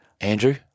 Andrew